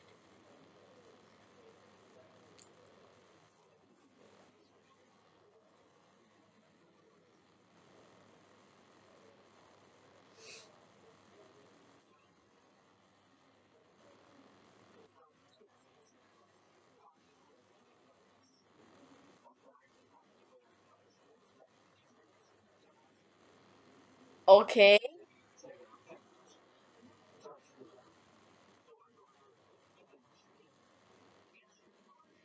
okay